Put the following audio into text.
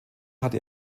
hatte